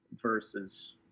versus